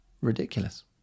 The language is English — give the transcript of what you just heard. Ridiculous